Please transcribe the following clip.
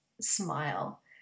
smile